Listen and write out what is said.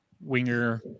winger